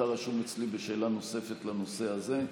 אתה רשום אצלי בשאלה נוספת לנושא הזה.